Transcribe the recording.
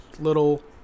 little